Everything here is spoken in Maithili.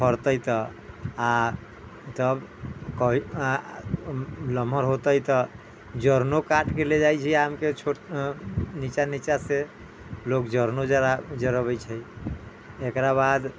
फड़तै तऽ आ तब लमहर होतै तऽ जड़नो काटि के ले जाइ छै आम के नीचँ से लोग जड़नो जड़ा जड़बै छै एकरा बाद